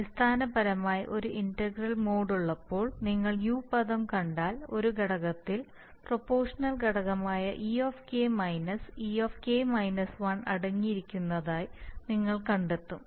അടിസ്ഥാനപരമായി ഒരു integral mode ഉള്ളപ്പോൾ നിങ്ങൾ u പദം കണ്ടാൽ ഒരു ഘടകത്തിൽ പ്രൊപോഷണൽ ഘടകമായ e മൈനസ് e അടങ്ങിയിരിക്കുന്നതായി നിങ്ങൾ കണ്ടെത്തും